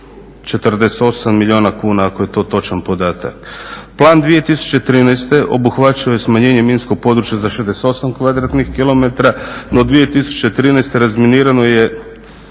248 milijuna kuna, ako je to točan podatak. Plan 2013. obuhvaćao je smanjenje minskog područja za 68 kvadratnih km, no 2013. razminirano je